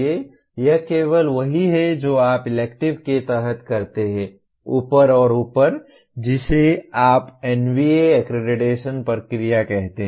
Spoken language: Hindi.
यह केवल वही है जो आप इलेक्टिव के तहत करते हैं ऊपर और ऊपर जिसे आप NBA अक्क्रेडिटेशन प्रक्रिया कहते हैं